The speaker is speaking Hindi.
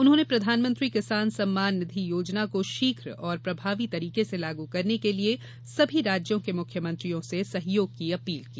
उन्होंने प्रधानमंत्री किसान सम्मान निधि योजना को शीघ्र और प्रभावी तरीके से लागू करने के लिये सभी राज्यों के मुख्यमंत्रियों से सहयोग की अपील की